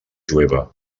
jueva